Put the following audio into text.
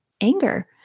anger